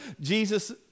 Jesus